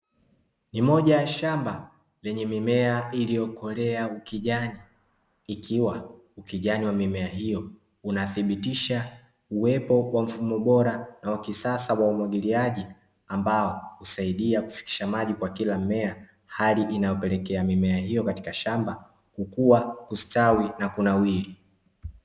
Ni moja ya shamba lenye mimea iliyokolea ukijani, ikiwa ukijani wa mimea hiyo unathibitisha uwepo wa mfumo bora na wa kisasa wa umwagiliaji ambao husaidia kufikisha maji kwa kila mmea hali inayopelekea mimea hiyo katika shamba kukuwa kustawi na kunawiri.